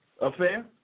affair